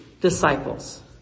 disciples